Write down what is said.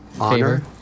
honor